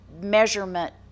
measurement